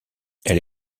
elle